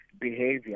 behavior